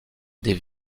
des